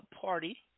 party